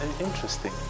Interesting